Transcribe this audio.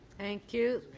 thank you.